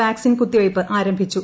vaccine കുത്തിവയ്പ്പ് ആരംഭിച്ചു